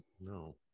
No